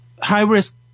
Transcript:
High-risk